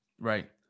Right